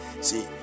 See